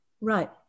right